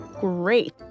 Great